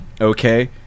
okay